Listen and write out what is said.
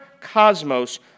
cosmos